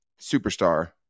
superstar